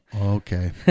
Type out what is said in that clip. Okay